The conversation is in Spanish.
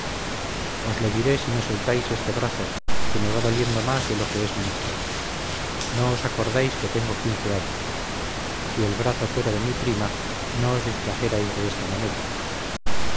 lo diré si me soltáis este brazo que me va doliendo más de lo que es menester no os acordáis que tengo quince años si el brazo fuera de mi prima no os distrajerais de esta manera